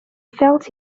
felt